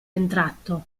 entrato